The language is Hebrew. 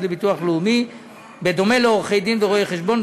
לביטוח לאומי בדומה לעורכי-דין ורואי-חשבון,